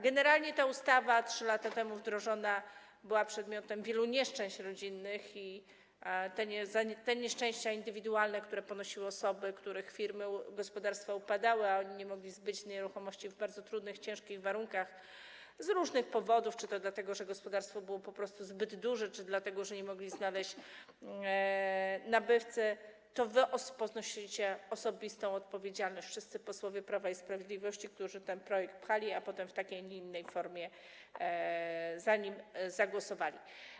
Generalnie ta ustawa 3 lata temu wdrożona była przedmiotem wielu nieszczęść rodzinnych i za te nieszczęścia indywidualne, które spotykały osoby, których firmy, gospodarstwa upadały, a one nie mogły zbyć nieruchomości w bardzo trudnych, ciężkich warunkach, z różnych powodów, czy to dlatego że gospodarstwo było po prostu zbyt duże, czy dlatego że nie mogły znaleźć nabywcy - to wy ponosicie osobistą odpowiedzialność, wszyscy posłowie Prawa i Sprawiedliwości, którzy ten projekt pchali, a potem w takiej, a nie innej formie za nim zagłosowali.